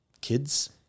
kids